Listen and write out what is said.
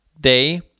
day